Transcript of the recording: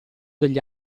degli